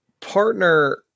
partner